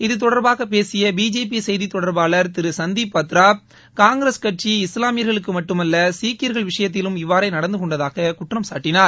இது தொடர்பாக பேசிய பிஜேபி செய்தி தொடர்பாளர் திரு சந்தீப் பத்ரா காங்கிரஸ் கட்சி இஸ்லாமியர்களுக்கு மட்டுமல்ல சீக்கியர்கள் விஷயத்திலும் இவ்வாறே நடந்து கொண்டதாகக் குற்றம்சாட்டினார்